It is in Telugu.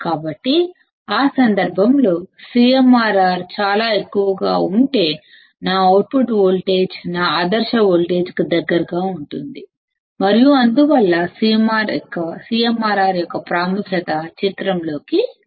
కాబట్టి ఆ సందర్భంలో CMRR చాలా ఎక్కువగా ఉంటే నా అవుట్పుట్ వోల్టేజ్ నా ఐడియల్ వోల్టేజ్ కి దగ్గరగా ఉంటుంది మరియు అందువల్ల CMRR యొక్క ప్రాముఖ్యత వెలుగు లోకి వస్తుంది